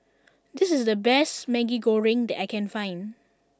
this is the best Maggi Goreng that I can find